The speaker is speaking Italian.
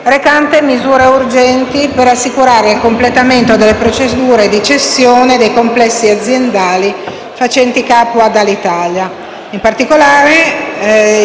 recante misure urgenti per assicurare il completamento delle procedure di cessione dei complessi aziendali facenti capo ad Alitalia. In particolare, il